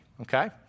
Okay